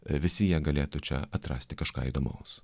visi jie galėtų čia atrasti kažką įdomaus